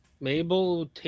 Mabel